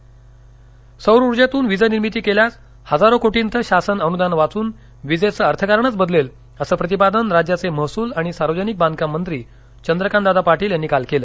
वीज प्रकल्प कोल्हापर सौर ऊर्जेतून वीजनिर्मिती केल्यास हजारो कोटींचं शासन अनुदान वाघून विजेचं अर्थकारणच बदलेल असं प्रतिपादन राज्याचे महसूल आणि सार्वजनिक बांधकाममंत्री चंद्रकांतदादा पाटील यांनी काल केलं